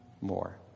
more